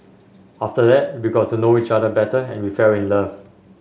after that we got to know each other better and we fell in love